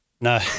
No